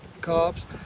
cops